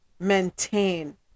maintain